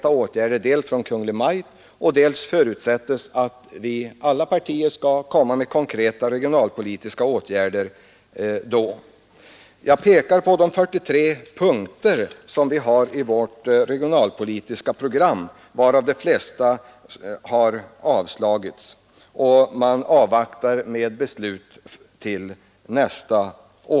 a. de 43 punkterna i vår riksplan. Nästa år får vi förslag om konkreta regionalpolitiska åtgärder, dels från Kungl. Maj:t, dels — förutsätter jag — från alla partier. Då aktualiseras på nytt de 43 punkterna, av vilka de flesta har avstyrkts i föreliggande betänkande. Vi har att avvakta med beslut till nästa år.